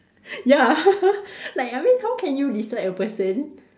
ya like I mean how can you dislike a person